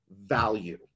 value